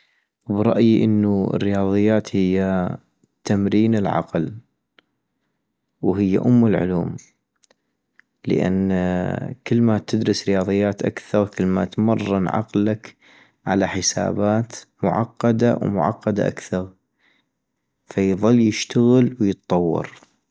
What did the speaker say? برأيي انو الرياضيات هي تمرين العقل ،- وهي ام العلوم، لان كلما تدرس رياضيات اكثغ كلما تمرين عقلك على حسابات معقدة ومعقدّة اكثغ - فيضل يشتغل ويطور